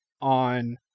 on